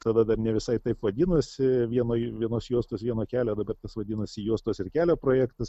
tada dar ne visai taip vadinosi vienoj vienos juostos vieno kelio bet dar tas vadinosi juostos ir kelio projektas